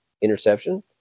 interception